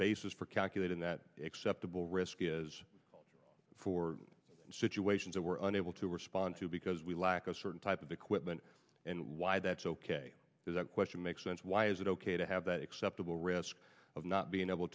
basis for calculating that acceptable risk is for situations and we're unable to respond to because we lack a certain type of equipment and why that's ok is a question makes sense why is it ok to have that acceptable risk of not being able